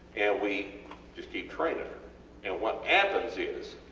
and we just keep training her and what happens is,